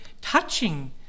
Touching